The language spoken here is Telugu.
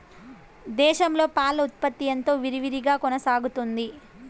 దేశంలో పాల ఉత్పత్తి ఎంతో విరివిగా కొనసాగుతోంది